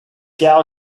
gal